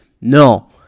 no